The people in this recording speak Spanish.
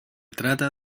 trata